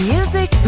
Music